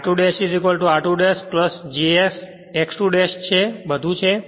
r2 ' r2 ' j S X 2 બધુ છે